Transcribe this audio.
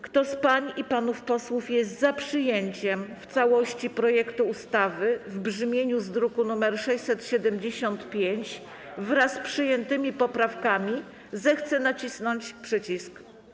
Kto z pań i panów posłów jest za przyjęciem w całości projektu ustawy z brzmieniu z druku nr 675, wraz z przyjętymi poprawkami, zechce nacisnąć przycisk.